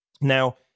now